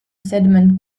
sediment